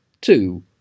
two